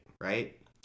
right